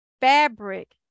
fabric